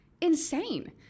insane